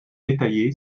détaillé